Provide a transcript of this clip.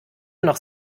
noch